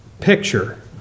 picture